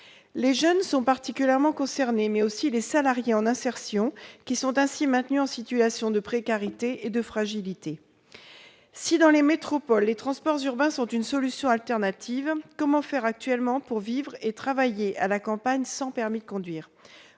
Les jeunes sont particulièrement concernés, mais aussi les salariés en insertion, qui sont ainsi maintenus en situation de précarité et de fragilité. Si, dans les métropoles, les transports urbains sont une solution alternative, comment faire, actuellement, pour vivre et travailler à la campagne sans permis de conduire ?